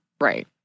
right